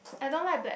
I don't like black